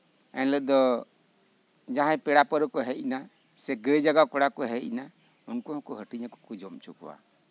ᱮᱱᱦᱤᱞᱳᱜ ᱫᱚ ᱡᱟᱦᱟᱸᱭ ᱯᱮᱲᱟ ᱯᱟᱲᱦᱟᱹᱜ ᱠᱚ ᱦᱮᱡ ᱮᱱᱟ ᱥᱮ ᱜᱟᱹᱭ ᱡᱟᱜᱟᱸᱣ ᱠᱚᱲᱟ ᱠᱚ ᱦᱮᱡ ᱮᱱᱟ ᱩᱱᱠᱩ ᱦᱚᱸᱠᱚ ᱦᱟᱹᱴᱤᱧ ᱟᱠᱚᱣᱟ ᱟᱨ ᱠᱚ ᱡᱚᱢ ᱦᱚᱪᱚ ᱠᱚᱣᱟ